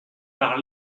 par